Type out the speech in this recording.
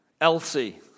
Elsie